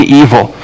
evil